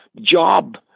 job